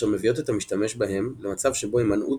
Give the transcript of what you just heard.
אשר מביאות את המשתמש בהם למצב שבו הימנעות